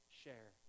share